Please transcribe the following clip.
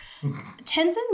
Tenzin